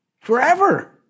forever